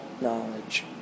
knowledge